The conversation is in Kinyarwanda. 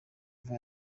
kuva